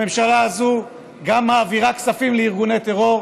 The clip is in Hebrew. הממשלה הזאת גם מעבירה כספים לארגוני טרור.